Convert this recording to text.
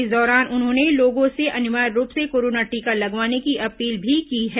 इस दौरान उन्होंने लोगों से अनिवार्य रूप से कोरोना टीका लगवाने की अपील भी की है